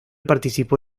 participó